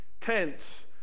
tents